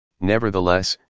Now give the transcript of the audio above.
nevertheless